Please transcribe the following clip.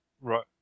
Right